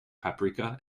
paprika